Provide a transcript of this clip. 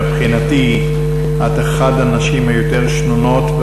מבחינתי את אחת הנשים היותר שנונות,